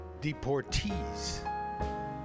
Deportees